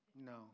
no